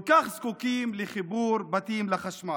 כל כך זקוקים, לחיבור בתים לחשמל?